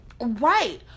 right